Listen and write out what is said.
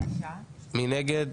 מי נגד?